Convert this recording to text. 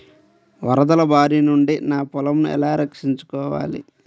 వరదల భారి నుండి నా పొలంను ఎలా రక్షించుకోవాలి?